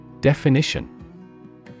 Definition